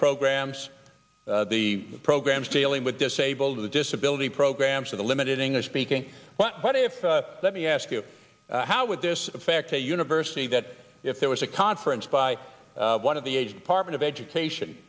programs the programs dealing with disabled or the disability programs or the limited english speaking what if let me ask you how would this affect a university that if there was a conference by one of the age department of education